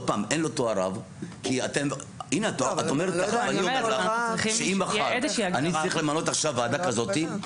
אני צריך למנות עכשיו ועדה כזאת,